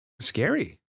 scary